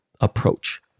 approach